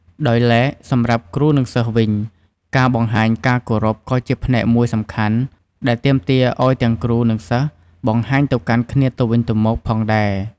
ដោយឡែក សម្រាប់គ្រូ និងសិស្សវិញ ការបង្ហាញការគោរពក៏ជាផ្នែកមួយសំខាន់ ដែលទាមទារឱ្យទាំងគ្រូ និងសិស្សបង្ហាញទៅកាន់គ្នាទៅវិញទៅមកផងដែរ។